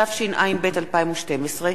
התשע"ב 2012,